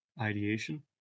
ideation